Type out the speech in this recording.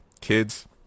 kids